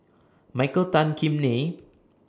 Michael Tan Kim Nei